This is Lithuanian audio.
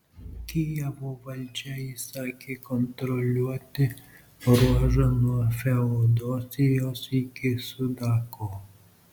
kijevo valdžia įsakė kontroliuoti ruožą nuo feodosijos iki sudako